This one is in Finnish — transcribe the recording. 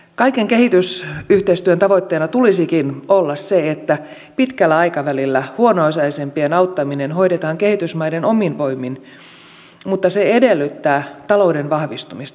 kaiken kehitysyhteistyön tavoitteena tulisikin olla se että pitkällä aikavälillä huono osaisempien auttaminen hoidetaan kehitysmaiden omin voimin mutta se edellyttää talouden vahvistumista